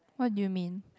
why do you mean